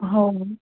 हो